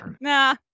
Nah